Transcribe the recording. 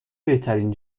بهترین